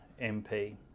MP